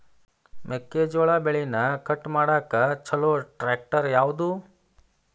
ಮೆಕ್ಕೆ ಜೋಳ ಬೆಳಿನ ಕಟ್ ಮಾಡಾಕ್ ಛಲೋ ಟ್ರ್ಯಾಕ್ಟರ್ ಯಾವ್ದು?